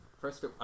first